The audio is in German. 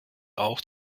auch